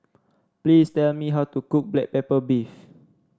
please tell me how to cook Black Pepper Beef